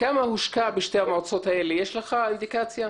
כמה הושקע בשתי המועצות האלה, יש לך אינדיקציה.